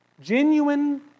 Genuine